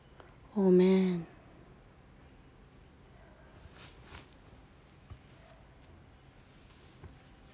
oh man